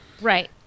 Right